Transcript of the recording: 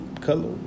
color